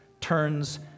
turns